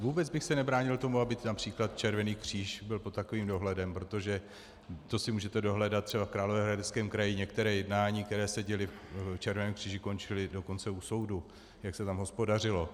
Vůbec bych se nebránil tomu, aby například Červený kříž byl pod takovým dohledem, protože, to si můžete dohledat, třeba v Královéhradeckém kraji některá jednání, která se děla v Červeném kříži, končila dokonce u soudu, jak se tam hospodařilo.